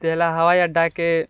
तैं ला हवाई अड्डाके